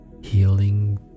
healing